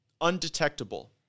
undetectable